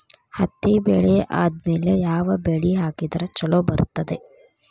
ಹತ್ತಿ ಬೆಳೆ ಆದ್ಮೇಲ ಯಾವ ಬೆಳಿ ಹಾಕಿದ್ರ ಛಲೋ ಬರುತ್ತದೆ?